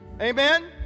Amen